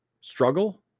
struggle